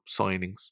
signings